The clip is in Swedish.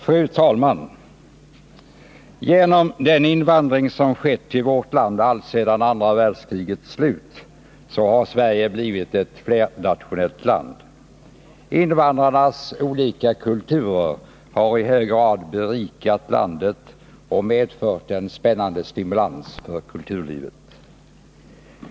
Fru talman! Genom den invandring som skett till vårt land alltsedan andra världskrigets slut har Sverige blivit ett flernationellt land. Invandrarnas olika kulturer har i hög grad berikat landet och medfört en spännande stimulans för vårt kulturliv.